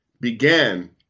began